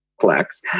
flex